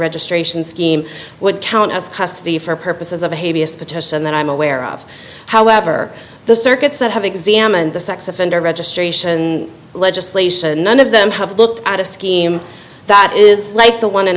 registration scheme would count as custody for purposes of behavior that i'm aware of however the circuits that have examined the sex offender registration legislation none of them have looked at a scheme that is like the one in